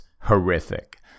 horrific